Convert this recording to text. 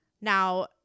now